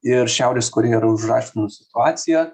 ir šiaurės korėja yra užaštrinus situaciją